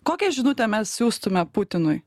kokią žinutę mes siųstume putinui